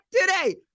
today